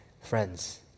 Friends